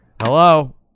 Hello